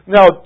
Now